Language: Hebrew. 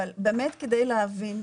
אבל באמת כדי להבין,